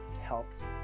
helped